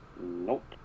nope